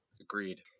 Agreed